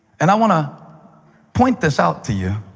and i want to point this out to you.